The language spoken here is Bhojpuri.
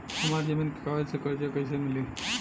हमरा जमीन के कागज से कर्जा कैसे मिली?